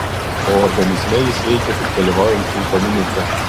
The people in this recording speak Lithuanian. o organizme jis veikia tik dalyvaujant vitaminui k